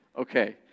Okay